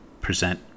present